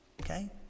okay